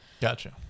Gotcha